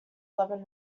eleven